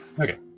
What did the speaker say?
Okay